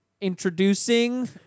introducing